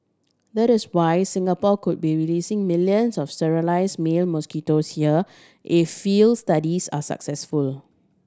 that is why Singapore could be releasing millions of sterile male mosquitoes here if field studies are successful